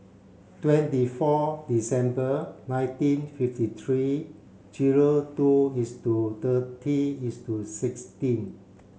twenty four December nineteen fifty three zero two is to thirty is to sixteen